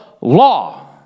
law